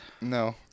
No